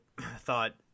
thought